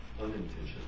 Unintentional